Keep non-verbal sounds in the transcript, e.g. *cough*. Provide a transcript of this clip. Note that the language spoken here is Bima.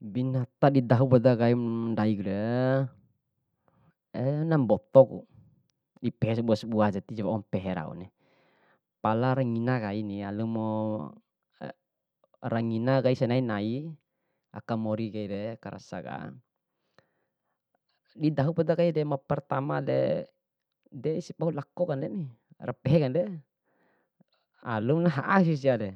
Binata di dahu podakaim ndaikure, *hesitation* na mbotoku dipehe sabua sabua jani, tijawau pehe rauni. Palara ngina kaini rangina kai senai nai aka mure kai aka rasaka. Didahu poda kaide ma pertamade de isi pahu lako kanden, rapehe kanden, alum naha'a si siare.